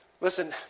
Listen